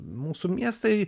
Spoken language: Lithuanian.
mūsų miestai